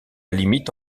limite